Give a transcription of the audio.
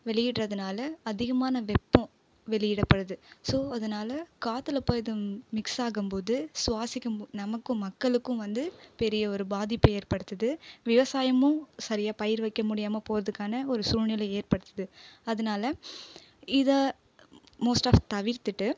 வெளியிடுறதுனால அதிகமான வெப்பம் வெளியிடப்படுது ஸோ அதனால் காற்றில் போய் இது மிக்ஸ் ஆகும்போது சுவாசிக்கும் போ நமக்கும் மக்களுக்கும் வந்து பெரிய ஒரு பாதிப்பை ஏற்படுத்துது விவசாயமும் சரியாக பயிர் வைக்க முடியாமல் போகிறதுக்கான ஒரு சூழ்நிலை ஏற்படுத்துது அதனால் இதை மோஸ்ட் ஆஃப் தவிர்த்துட்டு